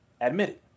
admitted